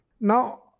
Now